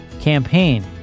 campaign